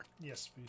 Yes